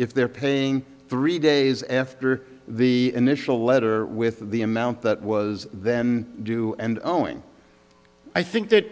if they're paying three days after the initial letter with the amount that was then due and owing i think that